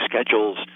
schedules